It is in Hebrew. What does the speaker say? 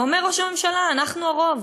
ואומר ראש הממשלה: אנחנו הרוב,